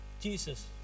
Jesus